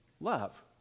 love